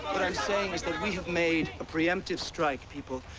what i'm saying is that we have made a preemptive strike, people.